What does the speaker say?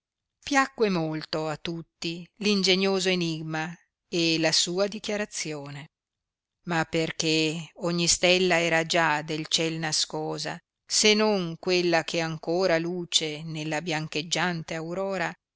piacque molto a tutti ingenioso enimma e la sua dichiarazione ma perchè ogni stella era già del ciel nascosa se non quella che ancora luce nella biancheggiante aurora